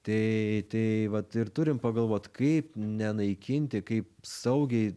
tai tai vat ir turim pagalvot kaip nenaikinti kaip saugiai